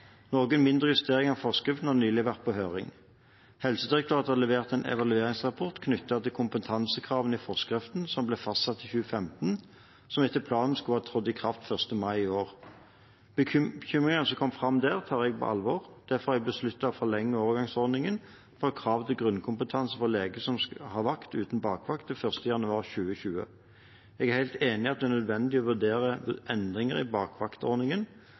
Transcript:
Noen mindre justeringer av forskriften har nylig vært på høring. Helsedirektoratet har levert en evalueringsrapport knyttet til kompetansekravene i forskriften, som ble fastsatt i 2015, som etter planen skulle ha trådt i kraft 1. mai i år. Bekymringene som kom fram der, tar jeg på alvor. Derfor har jeg besluttet å forlenge overgangsordningen for kravet til grunnkompetanse for leger som skal ha vakt uten bakvakt til 1. januar 2020. Jeg er helt enig i at det er nødvendig å vurdere endringer i bakvaktordningen.